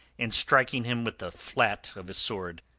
and striking him with the flat of his sword.